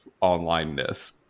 online-ness